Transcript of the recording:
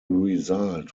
result